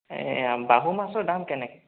বাহু মাছৰ দাম কেনে